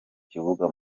kibuga